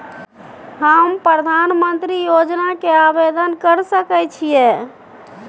हम प्रधानमंत्री योजना के आवेदन कर सके छीये?